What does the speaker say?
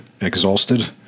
exhausted